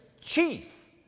chief